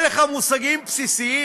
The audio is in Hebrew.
אין לך מושגים בסיסיים.